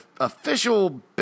official